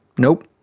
nope.